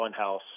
Funhouse